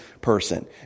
person